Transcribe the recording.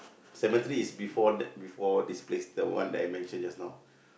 cemetery is before that before this place the one that I mention just now